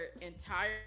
entire